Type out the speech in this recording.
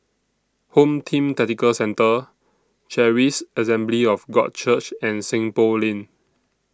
Home Team Tactical Centre Charis Assembly of God Church and Seng Poh Lane